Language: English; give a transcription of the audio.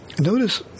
notice